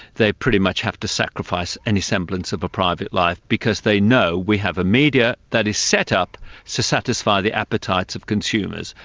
they pretty much have to sacrifice any semblance of a private life, because they know we have a media that is set up to satisfy the appetites of consumers,